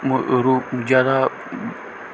ਮ ਰੂਪ ਜ਼ਿਆਦਾ